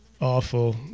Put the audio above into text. awful